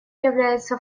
является